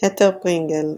התר פרינגל,